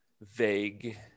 vague